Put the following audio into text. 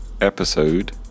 episode